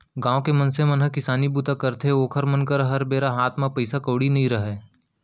गाँव के मनसे मन ह किसानी बूता करथे अउ ओखर मन करा हर बेरा हात म पइसा कउड़ी नइ रहय